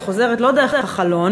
היא חוזרת לא דרך החלון,